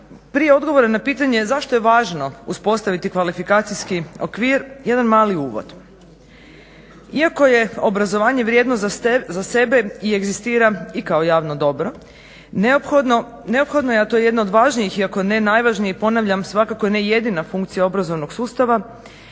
prije odgovora na pitanje zašto je važno uspostaviti kvalifikacijski okvir jedan mali uvod. Iako je obrazovanje vrijednost za sebe i egzistira i kao javno dobro, neophodno je a to je jedna od važnijih i ako ne najvažnije, ponavljam svakako ne jedina funkcija obrazovnog sustava,